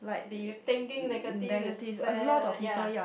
be thinking negative is sad lah ya